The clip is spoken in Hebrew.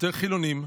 יותר חילונים,